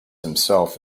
himself